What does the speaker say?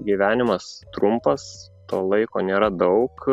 gyvenimas trumpas to laiko nėra daug